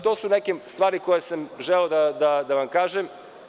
To su neke stvari koje sam želeo da vam kažem.